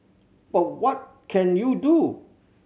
but what can you do